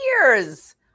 years